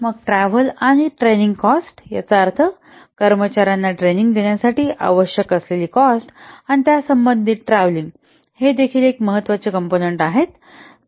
मग ट्रॅव्हल आणि training cost याचा अर्थ कर्मचार्यांना ट्रैनिंग देण्यासाठी आवश्यक असलेली कॉस्ट आणि त्यासंबंधित ट्रॅव्हलिंग हे देखील एक महत्त्वाचे कॉम्पोनन्ट आहेत